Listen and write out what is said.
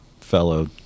fellow